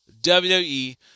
WWE